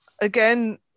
again